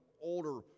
older